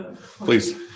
Please